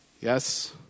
Yes